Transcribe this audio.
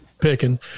picking